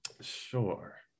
Sure